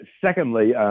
Secondly